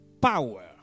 power